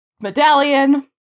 medallion